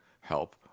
help